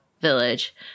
village